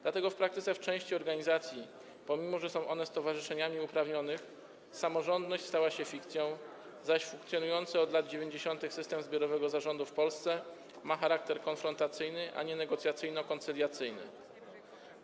Dlatego w praktyce w części organizacji, pomimo że są one stowarzyszeniami uprawnionych, samorządność stała się fikcją, zaś funkcjonujący od lat 90. system zbiorowego zarządu w Polsce ma charakter konfrontacyjny, a nie negocjacyjno-koncyliacyjny.